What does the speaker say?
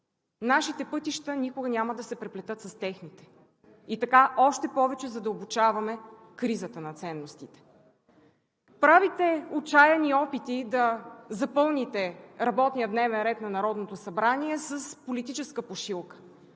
нашите пътища никога няма да се преплетат с техните и така още повече задълбочаваме кризата на ценностите. Правите отчаяни опити да запълните работния дневен ред на Народното събрание с политическа пушилка.